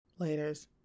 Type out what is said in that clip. Laters